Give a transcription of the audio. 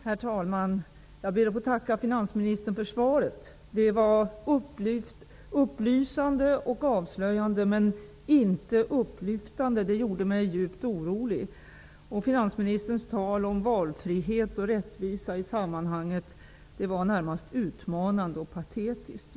Herr talman! Jag ber att få tacka finansministern för svaret. Det var upplysande och avslöjande, men inte upplyftande. Det gjorde mig djupt orolig. Finansministerns tal om valfrihet och rättvisa i sammanhanget var närmast utmanande patetiskt.